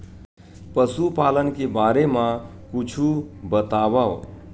पशुपालन के बारे मा कुछु बतावव?